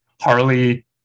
Harley